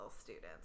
students